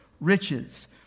riches